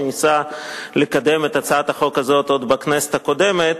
שניסה לקדם את הצעת החוק הזאת עוד בכנסת הקודמת,